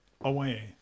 away